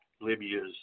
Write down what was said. Libya's